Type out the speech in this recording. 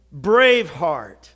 Braveheart